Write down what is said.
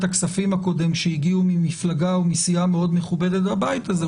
הכספים הקודם שהגיעו ממפלגה ומסיעה מאד מכובדת בבית הזה,